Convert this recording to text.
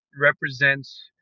represents